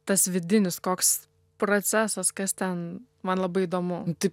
tas vidinis koks procesas kas ten man labai įdomu